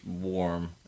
warm